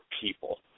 people